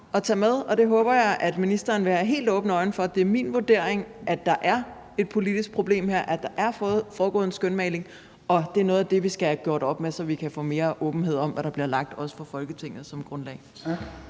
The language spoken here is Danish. at tage med, og det håber jeg at ministeren vil have helt åbne øjne over for. Det er min vurdering, at der er et politisk problem her; at der er foregået en skønmaling. Og det er noget af det, vi skal have gjort op med, så vi også kan få mere åbenhed om, hvad der bliver forelagt Folketinget som grundlag.